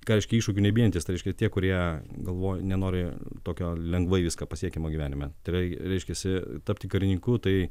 ką reiškia iššūkių nebijantys tai reiškia tie kurie galvo nenori tokio lengvai viską pasiekiamo gyvenime tai yra reiškiasi tapti karininku tai